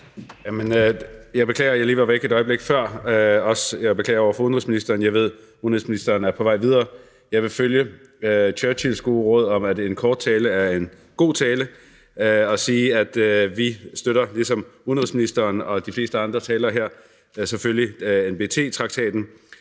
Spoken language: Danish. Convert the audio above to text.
Jeg beklager, at jeg lige var væk et øjeblik før, og jeg beklager også over for udenrigsministeren. Jeg ved, at udenrigsministeren er på vej videre. Jeg vil følge Churchills gode råd om, at en kort tale er en god tale, og sige, at vi ligesom udenrigsministeren og de fleste andre talere her selvfølgelig støtter